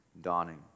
dawning